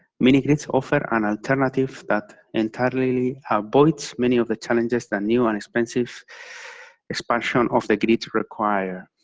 mini-grids offer an alternative that entirely avoids many of the challenges that new and expensive expansion of the grids require.